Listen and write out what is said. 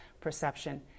perception